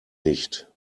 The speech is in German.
nicht